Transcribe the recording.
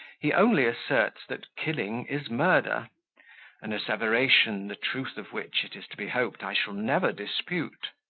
he only asserts that killing is murder an asseveration, the truth of which, it is to be hoped, i shall never dispute.